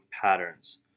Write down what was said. patterns